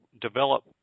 develop